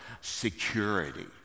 security